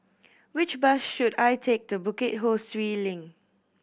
which bus should I take to Bukit Ho Swee Link